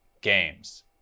games